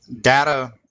data